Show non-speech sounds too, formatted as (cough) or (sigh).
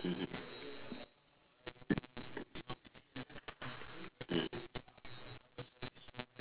(noise) mmhmm mmhmm